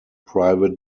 private